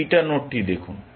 এই বিটা নোডটি দেখুন